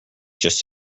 just